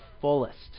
fullest